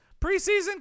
preseason